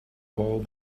ball